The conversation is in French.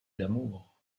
d’amour